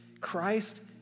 Christ